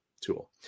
tool